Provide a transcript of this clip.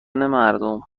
مردم